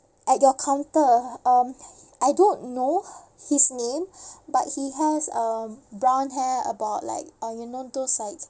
at your counter um I don't know his name but he has a brown hair about like uh you know those like